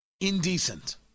indecent